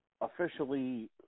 officially